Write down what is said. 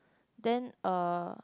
then uh